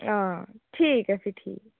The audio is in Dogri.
हां ठीक ऐ फिर ठीक